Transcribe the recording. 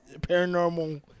paranormal